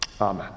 amen